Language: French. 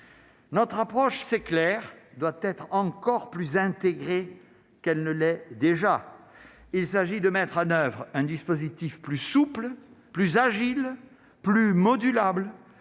Notre approche c'est clair doit être encore plus intégrés, qu'elle ne l'est déjà, il s'agit de mettre en oeuvre un dispositif plus souple, plus Agile, plus modulable